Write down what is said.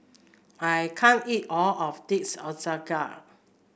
I can't eat all of this Ochazuke